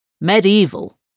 medieval